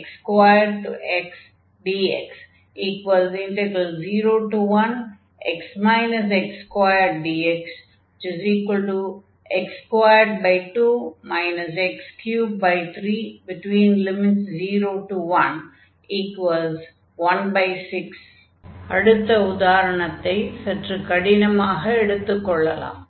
x330116 ஆகவே அடுத்து உதாரணத்தைச் சற்று கடினமாக எடுத்துக் கொள்ளலாம்